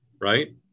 right